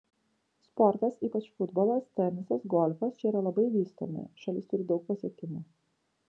sportas ypač futbolas tenisas golfas čia yra labai vystomi šalis turi daug pasiekimų